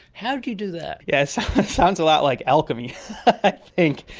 how do you do that? yes, it sounds a lot like alchemy i think.